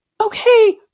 okay